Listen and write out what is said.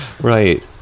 Right